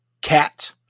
Cat